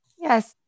Yes